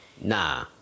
Nah